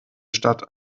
statt